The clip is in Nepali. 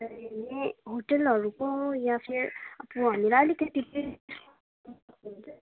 ए होटेलहरूको यहाँ चाहिँ भन्नाले त्यतिकै